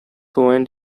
went